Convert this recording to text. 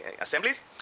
assemblies